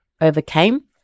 overcame